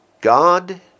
God